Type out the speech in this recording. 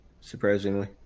surprisingly